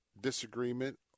Disagreement